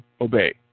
obey